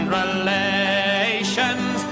relations